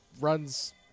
runs